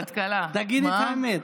תגידי את האמת.